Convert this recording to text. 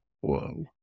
Whoa